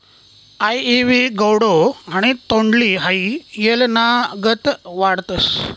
आइवी गौडो आणि तोंडली हाई येलनागत वाढतस